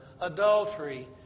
adultery